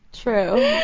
true